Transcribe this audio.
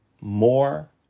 more